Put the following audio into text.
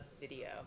video